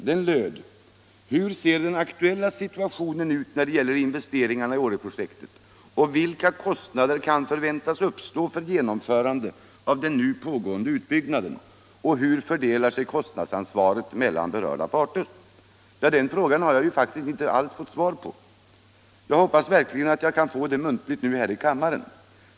Den löd: ”Hur ter sig den aktuella situationen när det gäller investeringarna i Åreprojektet, vilka kostnader kan förväntas uppstå för genomförande av den nu pågående utbyggnaden och hur fördelar sig kostnadsansvaret mellan berörda parter?” Den frågan har jag faktiskt inte alls fått svar på. Jag hoppas verkligen att jag kan få det muntligt här i kammaren.